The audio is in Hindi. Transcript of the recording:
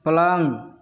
पलंग